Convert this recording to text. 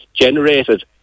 generated